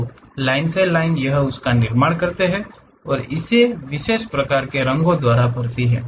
तो लाइन से लाइन यह इसका निर्माण करती है और इसे विशेष प्रकार के रंगों द्वारा भरती है